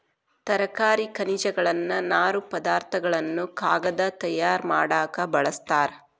ತರಕಾರಿ ಖನಿಜಗಳನ್ನ ನಾರು ಪದಾರ್ಥ ಗಳನ್ನು ಕಾಗದಾ ತಯಾರ ಮಾಡಾಕ ಬಳಸ್ತಾರ